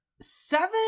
seven